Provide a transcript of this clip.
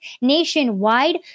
nationwide